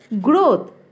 growth